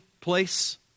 place